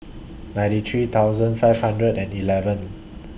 ninety three thousand five hundred and eleven